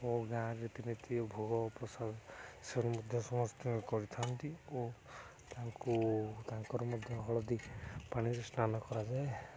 ଓ ଗାଁ ରୀତିନୀତି ଭୋଗ ପ୍ରସାଦ ସେ ମଧ୍ୟ ସମସ୍ତେ କରିଥାନ୍ତି ଓ ତାଙ୍କୁ ତାଙ୍କର ମଧ୍ୟ ହଳଦୀ ପାଣିରେ ସ୍ନାନ କରାଯାଏ